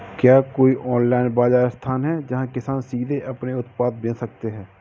क्या कोई ऑनलाइन बाज़ार स्थान है जहाँ किसान सीधे अपने उत्पाद बेच सकते हैं?